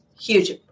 Huge